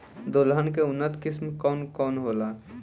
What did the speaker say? दलहन के उन्नत किस्म कौन कौनहोला?